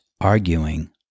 arguing